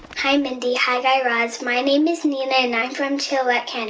hi, mindy. hi, guy raz. my name is nina. and i'm from chilliwack, and